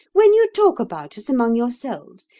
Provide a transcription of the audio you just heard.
when you talk about us among yourselves,